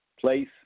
place